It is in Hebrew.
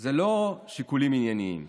זה לא שיקולים ענייניים